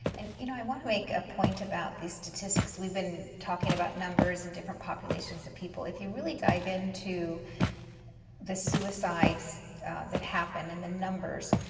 and you know i want to make a point about these statistics. we've been talking about numbers and different populations of people. if you really dive into the suicide that happen and the numbers,